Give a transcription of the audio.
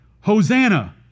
Hosanna